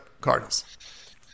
Cardinals